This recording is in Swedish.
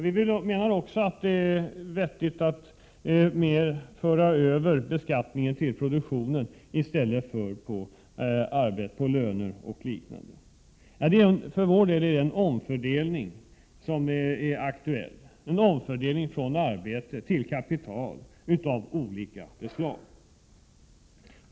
Vi menar också att det är vettigt att föra över beskattningen till produktionen från löner och liknande. Vi förordar omfördelningar av olika slag från arbete till kapital.